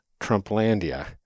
Trumplandia